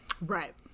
Right